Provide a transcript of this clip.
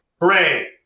Hooray